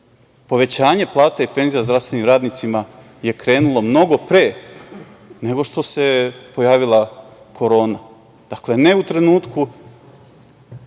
virus. Povećanje plata i penzija zdravstvenim radnicima je krenulo mnogo pre nego što se pojavila korona. Dakle, ne u trenutku